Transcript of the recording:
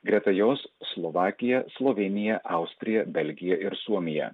greta jos slovakija slovėnija austrija belgija ir suomija